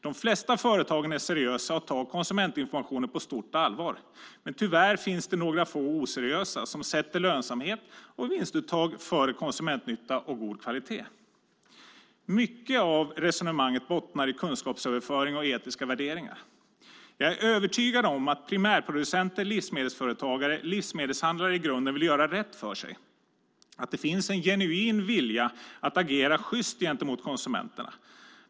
De flesta företagen är seriösa och tar konsumentinformationen på stort allvar, men tyvärr finns det några få oseriösa som sätter lönsamhet och vinstuttag före konsumentnytta och god kvalitet. Mycket av resonemanget bottnar i kunskapsöverföring och etiska värderingar. Jag är övertygad om att primärproducenter, livsmedelsföretagare och livsmedelshandlare i grunden vill göra rätt för sig, att det finns en genuin vilja att agera sjyst gentemot konsumenterna.